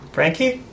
Frankie